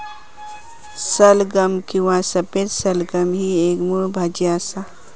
सलगम किंवा सफेद सलगम ही एक मुळ भाजी असा